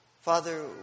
Father